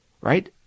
right